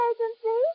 Agency